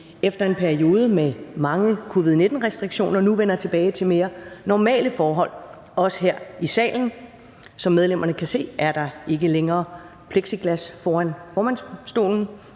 efter en periode med mange covid-19-restriktioner nu vender tilbage til mere normale forhold også her i salen. Som medlemmerne kan se, er der ikke længere plexiglas foran formandsstolen